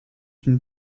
une